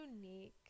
unique